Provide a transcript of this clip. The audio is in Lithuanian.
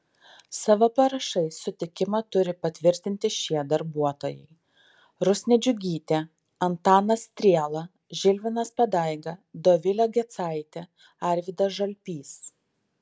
savo parašais sutikimą turi patvirtinti šie darbuotojai rusnė džiugytė antanas striela žilvinas padaiga dovilė gecaitė arvydas žalpys